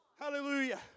Hallelujah